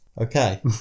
Okay